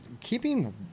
keeping